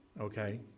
okay